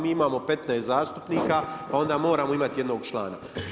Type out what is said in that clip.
Ali mi imamo 15 zastupnika pa onda moramo imati jednog člana.